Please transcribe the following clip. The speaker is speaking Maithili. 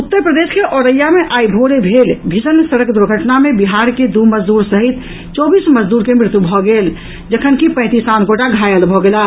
उत्तर प्रदेश के औरैया मे आई भोरे भेल भीषण सड़क दुर्घटना मे बिहार के दू मजदूर सहित चौबीस मजदूर के मृत्यु भऽ गेल जखनकि पैंतीस आन गोटा घायल भऽ गेलाह